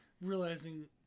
realizing